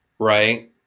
Right